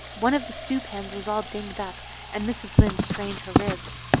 one of the stewpans was all dinged up and mrs. lynde straned her ribs.